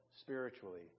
spiritually